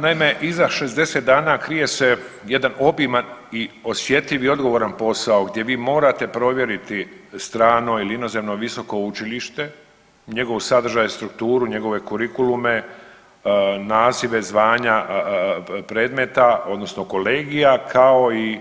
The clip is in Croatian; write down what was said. Naime, iza 60 dana krije se jedan obiman i osjetljiv i odgovoran posao gdje vi morate provjeriti strano ili inozemno visoko učilište, njegov sadržaj i strukturu, njegove kurikulume, nazive, zvanja predmeta odnosno kolegija, kao i